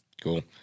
Cool